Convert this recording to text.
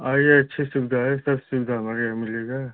आइए अच्छी सुविधा है सब सुविधा हमारे यहाँ मिलेगी